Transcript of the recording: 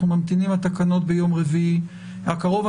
אנחנו ממתינים לתקנות ביום רביעי הקרוב.